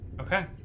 Okay